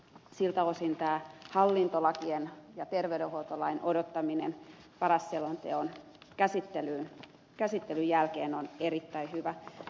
siltä osin tämä hallintolakien ja terveydenhuoltolain odottaminen paras selonteon käsittelyn jälkeen on erittäin hyvä asia